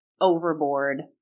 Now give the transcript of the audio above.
overboard